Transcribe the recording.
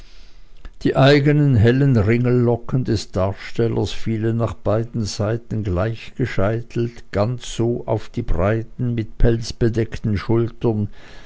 die eigenen hellen ringellocken des darstellers fielen nach beiden seiten gleich gescheitelt ganz so auf die breiten mit pelz bedeckten schultern